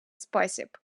спосіб